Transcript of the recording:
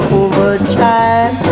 overtime